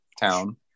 town